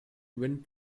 wind